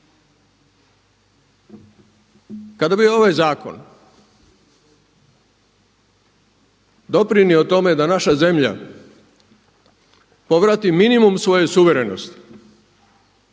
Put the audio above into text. Kada bi ovaj zakon doprinio tome da naša zemlja povrati minimum svoje suverenosti